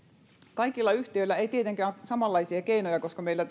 kaikilla yhtiöillä ei tietenkään ole samanlaisia keinoja koska meillä